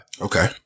Okay